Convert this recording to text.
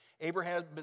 Abraham